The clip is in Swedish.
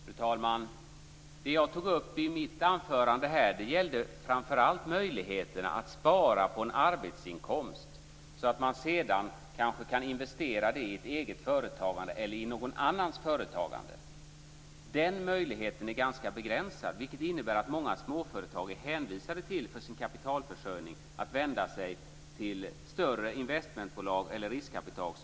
Fru talman! Det jag tog upp i mitt anförande gällde framför allt möjligheterna att spara på en arbetsinkomst så att man sedan kanske kan investera det i ett eget företagande eller i någon annans företagande. Den möjligheten är ganska begränsad, vilket innebär att många småföretag, när det gäller deras kapitalförsörjning, är hänvisade till att vända sig till större investmentbolag eller riskkapitalbolag.